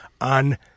on